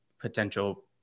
potential